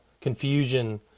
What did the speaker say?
confusion